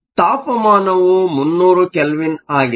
ತಾಪಮಾನವು 300 ಕೆಲ್ವಿನ್ ಆಗಿದೆ